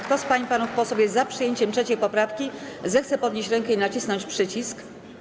Kto z pań i panów posłów jest za przyjęciem 3. poprawki, zechce podnieść rękę i nacisnąć przycisk.